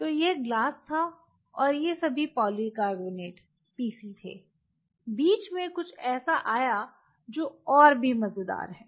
तो यह ग्लास था और ये सभी पॉलीकार्बोनेट पीसी थे बीच में कुछ ऐसा आया जो और भी मज़ेदार है